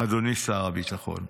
אדוני שר הביטחון?